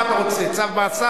מה אתה רוצה, צו מאסר?